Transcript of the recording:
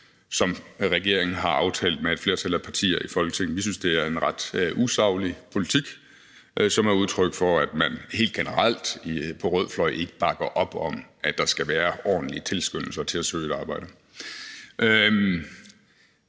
som regeringen har aftalt med et flertal af partier i Folketinget. Vi synes, det er en ret usaglig politik, som er udtryk for, at man helt generelt på rød fløj ikke bakker op om, at der skal være ordentlige tilskyndelser til at søge et arbejde.